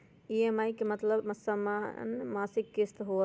EMI के मतलब समान मासिक किस्त होहई?